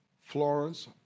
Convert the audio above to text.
Florence